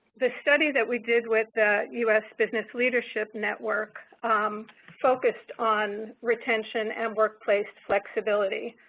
the study that we did with the us business leadership network um focused on retention and workplace flexibility.